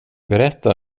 berätta